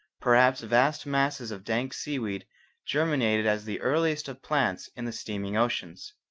perhaps vast masses of dank seaweed germinated as the earliest of plants in the steaming oceans.